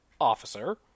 officer